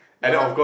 no uh